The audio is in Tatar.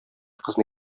кызны